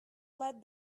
let